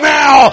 now